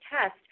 test